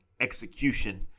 execution